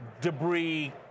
debris